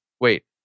wait